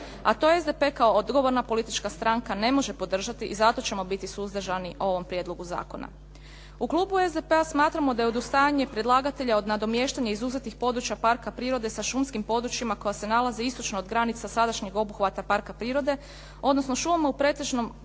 a to SDP kao odgovorna politička stranka ne može podržati i zato ćemo biti suzdržani o ovom prijedlogu zakona. U klubu SDP-a smatramo da je odustajanje predlagatelja od nadomještanja izuzetih područja parka prirode sa šumskim područjima koja se nalaze istočno od granica sadašnjeg obuhvata parka prirode odnosno šumama u pretežnom